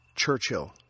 Churchill